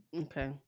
okay